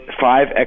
five